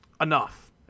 enough